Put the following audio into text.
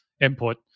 input